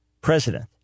president